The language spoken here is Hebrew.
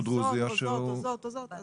אבל